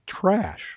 trash